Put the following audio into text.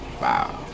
Wow